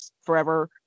forever